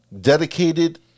dedicated